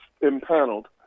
impaneled